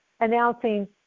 announcing